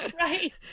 right